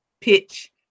Pitch